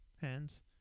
hands